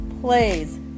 plays